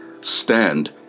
Stand